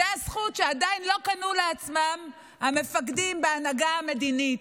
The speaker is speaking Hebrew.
זו הזכות שעדיין לא קנו לעצמם המפקדים בהנהגה המדינית,